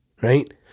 Right